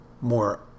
more